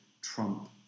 Trump